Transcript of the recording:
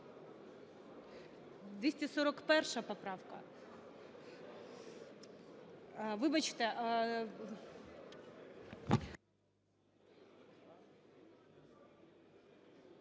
241 поправка? Вибачте…